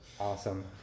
Awesome